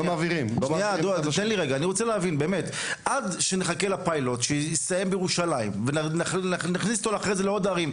עד שנחכה לפיילוט שמתחיל כרגע בירושלים ועד שיגיע לעוד הרים,